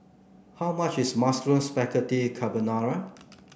how much is Mushroom Spaghetti Carbonara